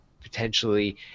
potentially